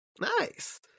Nice